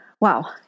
wow